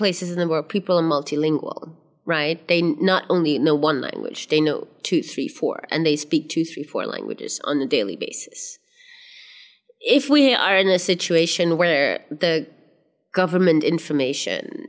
world people are multilingual right they not only know one language they know two three four and they speak two three four languages on a daily basis if we are in a situation where the government information